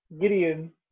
Gideon